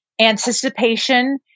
anticipation